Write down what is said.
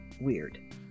weird